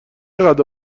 قدر